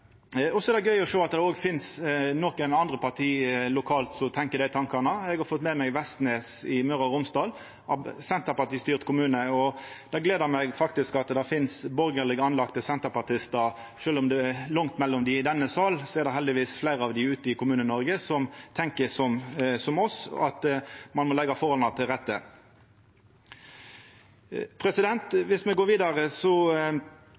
Så er det gøy å sjå at det finst nokre andre parti lokalt som kan tenkja dei tankane – eg har fått med meg Vestnes i Møre og Romsdal, ein senterpartistyrt kommune. Eg gler meg over at det finst senterpartistar med borgarleg anlegg, sjølv om det er langt mellom dei i denne salen. Det er heldigvis fleire av dei ute i Kommune-Noreg som tenkjer som oss, at ein må leggja forholda til rette.